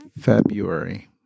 February